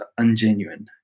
ungenuine